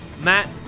Matt